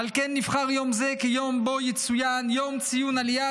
ועל כן נבחר יום זה כיום שבו יצוין יום לציון עליית